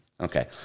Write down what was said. Okay